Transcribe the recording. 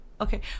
Okay